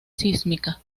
sísmica